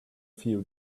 few